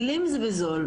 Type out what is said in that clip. מילים זה בזול.